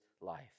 life